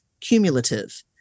cumulative